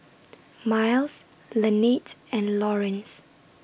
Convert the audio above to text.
Myles Lanette's and Lawrence